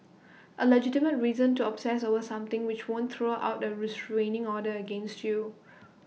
A legitimate reason to obsess over something which won't throw out A restraining order against you